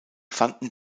fanden